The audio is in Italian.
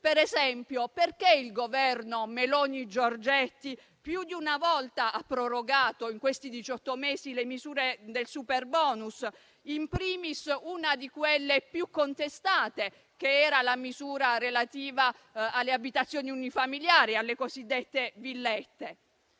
Ad esempio, perché il Governo Meloni-Giorgetti più di una volta ha prorogato in questi diciotto mesi le misure del superbonus, *in primis* una di quelle più contestate, ossia quella relativa alle abitazioni unifamiliari, le cosiddette villette?